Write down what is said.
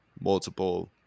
multiple